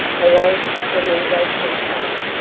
hooray for flamingo camp fire.